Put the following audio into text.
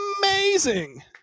amazing